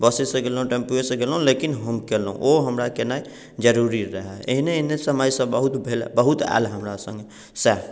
बसेसँ गेलहुँ टेम्पूएसँ गेलहुँ लेकिन हम केलहुँ ओ हमरा केनाइ जरूरी रहै एनहे एनहे समयसँ बहुत भेल बहुत आएल हमरा सङ्गे सएह